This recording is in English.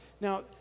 Now